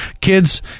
kids